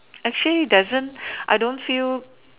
actually there isn't I don't feel